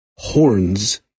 Horns